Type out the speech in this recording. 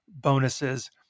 bonuses